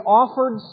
offered